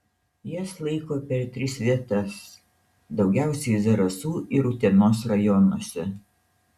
jas laiko per tris vietas daugiausiai zarasų ir utenos rajonuose